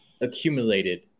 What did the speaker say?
accumulated